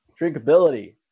Drinkability